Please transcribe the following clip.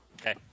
Okay